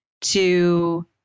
to-